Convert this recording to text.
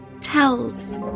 Tells